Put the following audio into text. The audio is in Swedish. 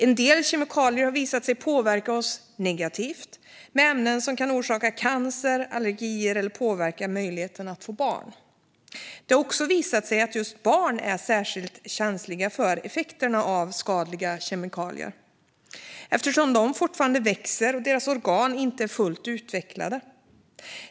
En del kemikalier har visat sig påverka oss negativt med ämnen som kan orsaka cancer och allergier eller påverka möjligheten att få barn. Det har också visat sig att just barn är särskilt känsliga för effekterna av skadliga kemikalier, eftersom de fortfarande växer och deras organ inte är fullt utvecklade.